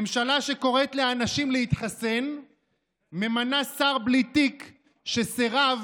ממשלה שקוראת לאנשים להתחסן וממנה שר בלי תיק שסירב